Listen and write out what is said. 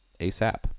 ASAP